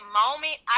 moment